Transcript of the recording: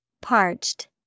Parched